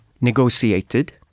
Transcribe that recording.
negotiated